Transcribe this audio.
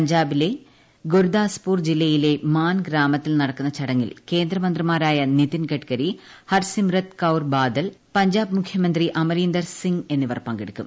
പഞ്ചാബിലെ ഗുർദാസ്പൂർ ജില്ലയിലെ മാൻ ഗ്രാമത്തിൽ നടക്കുന്ന ചടങ്ങിൽ കേന്ദ്ര മന്ത്രിമാരായ നിതിൻ ഗഡ്കരി ഹർസിമ്രത് കൌർബാദൽ പഞ്ചാബ് മുഖ്യമന്ത്രി അമരീന്ദർ സിംഗ് എന്നിവർ പങ്കെടുക്കും